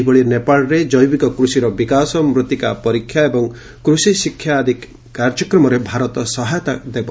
ସେହିଭଳି ନେପାଳରେ ଜୈବିକ କୃଷିର ବିକାଶ ମୃତ୍ତିକା ପରୀକ୍ଷା ଏବଂ କୃଷି ଶିକ୍ଷା ଆଦି କାର୍ଯ୍ୟକ୍ରମରେ ଭାରତ ସହାୟତା ଦେବ